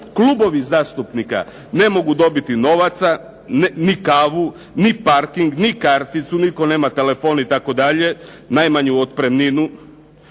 klubovi zastupnika ne mogu dobiti novaca, ni kavu, ni parking, ni karticu, nitko nema telefon itd., najmanju otpremninu,